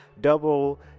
double